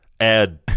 Add